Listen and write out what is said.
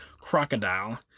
crocodile